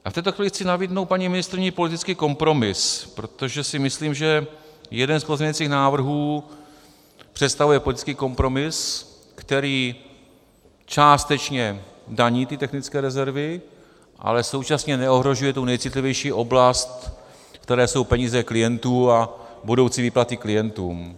V této chvíli chci nabídnout paní ministryni politický kompromis, protože si myslím, že jeden z pozměňovacích návrhů představuje politický kompromis, který částečně daní ty technické rezervy, ale současně neohrožuje tu nejcitlivější oblast, kterou jsou peníze klientů a budoucí výplatu klientům.